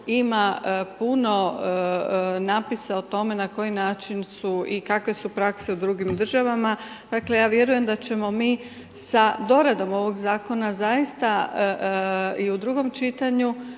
ima puno napisa o tome na koji način i kakve su prakse u drugim državama. Dakle ja vjerujem da ćemo mi sa doradom ovog zakona zaista i u drugom čitanju